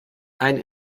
einen